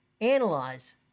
analyze